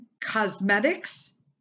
cosmetics